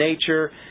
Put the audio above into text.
nature